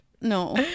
No